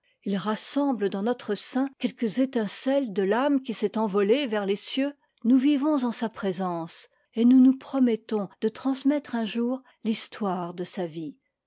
il rassemble dans notre sein quelques étincelles de l'âme qui s'est envolée vers les cieux nous vivons en sa présence et nous nous promettons de transmettre un jour l'histoire de sa vie